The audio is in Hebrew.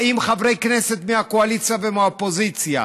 באים חברי כנסת מהקואליציה ומהאופוזיציה.